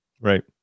right